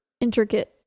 intricate